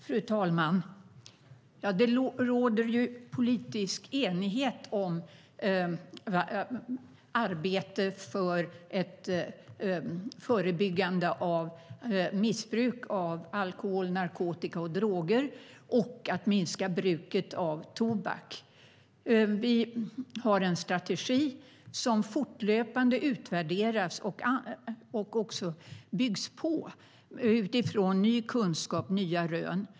Fru talman! Det råder politisk enighet om arbetet med ett förebyggande av missbruk av alkohol, narkotika och droger samt om arbetet med att minska bruket av tobak. Vi har en strategi som fortlöpande utvärderas och byggs på utifrån ny kunskap, nya rön.